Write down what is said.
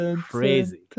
crazy